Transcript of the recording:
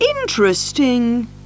interesting